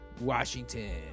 Washington